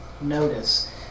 notice